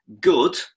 good